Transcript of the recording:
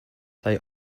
they